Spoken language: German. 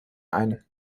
ein